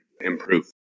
improve